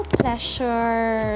pleasure